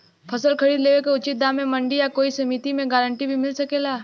फसल खरीद लेवे क उचित दाम में मंडी या कोई समिति से गारंटी भी मिल सकेला?